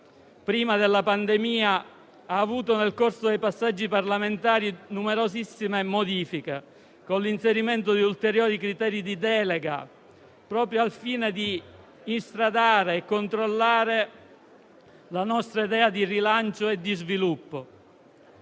prima della pandemia, ha avuto nel corso dei passaggi parlamentari numerosissime modifiche con l'inserimento di ulteriori criteri di delega proprio al fine di instradare e controllare la nostra idea di rilancio e di sviluppo.